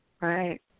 Right